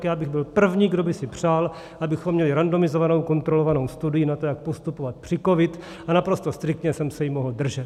Já bych byl první, kdo by si přál, abychom měli randomizovanou kontrolovanou studii na to, jak postupovat při covidu, naprosto striktně jsem se jí mohl držet.